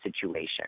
situation